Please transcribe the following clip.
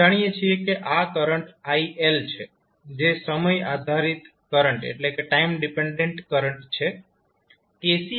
આપણે જાણીએ છીએ કે આ કરંટ iL છે જે સમય આધારિત કરંટ છે